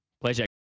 Pleasure